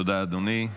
תודה, אדוני.